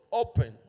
open